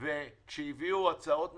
שהביאו הצעות מטורפות,